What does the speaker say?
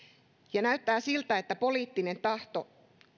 näyttää siltä että poliittinen tahto